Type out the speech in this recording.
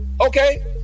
okay